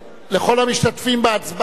לכל המשתתפים בהצבעה,